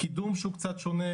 קידום שהוא קצת שונה,